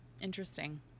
Interesting